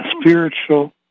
spiritual